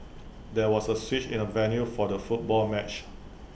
there was A switch in the venue for the football match